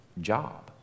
job